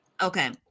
Okay